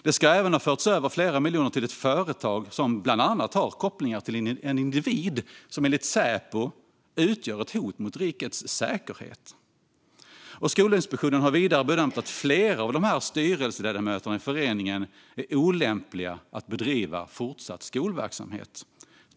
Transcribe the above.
Det ska även ha förts över flera miljoner till ett företag som bland annat har kopplingar till en individ som enligt Säpo utgör ett hot mot rikets säkerhet. Skolinspektionen har vidare bedömt att flera av styrelseledamöterna i föreningen är olämpliga att bedriva fortsatt skolverksamhet.